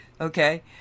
Okay